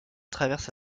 traverse